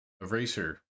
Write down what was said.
eraser